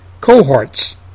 cohorts